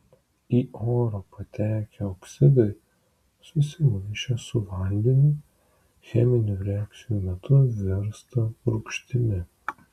į orą patekę oksidai susimaišę su vandeniu cheminių reakcijų metu virsta rūgštimi